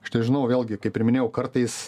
aš nežinau vėlgi kaip ir minėjau kartais